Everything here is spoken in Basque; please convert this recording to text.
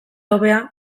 hobea